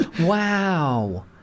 Wow